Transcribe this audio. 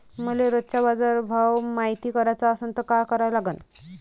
मले रोजचा बाजारभव मायती कराचा असन त काय करा लागन?